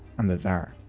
and the czar.